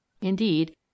Indeed